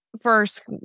first